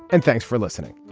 and thanks for listening